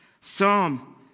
Psalm